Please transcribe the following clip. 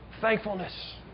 Thankfulness